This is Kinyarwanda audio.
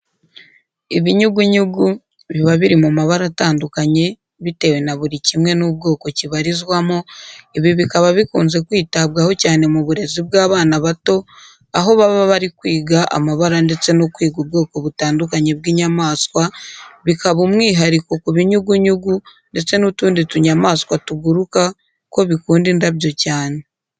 Ibinyugunyugu biba biri mu mabara atandukanye bitewe na buri kimwe n'ubwoko kibarizwamo, ibi bikaba bikunze kwitabwaho cyane mu burezi bw'abana bato aho baba bari kwiga amabara ndetse no kwiga ubwoko butandukanye bw'inyamaswa, bikaba umwihariko ku binyugunyugu ndetse n'utundi tunyamaswa tuguruka ko bikunda indabyo cyane.